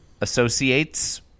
associates